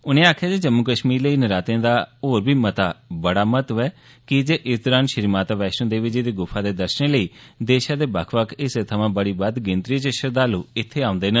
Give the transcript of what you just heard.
उनें आक्खेआ जे जम्मू कश्मीर लेई नरातें दा होर बी बड़ा महत्व ऐ कीजे इस दौरान श्री माता वैष्णो देवी जी दी गुफा दे दर्शने लेई देशे दे बक्ख बकख हिस्सें थमां बड़ी बद्द गिनतरी च श्रद्वालु इत्थें औन्दे न